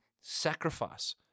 sacrifice